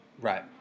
right